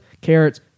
carrots